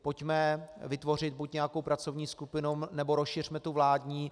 Pojďme vytvořit buď nějakou pracovní skupinu, nebo rozšiřme tu vládní.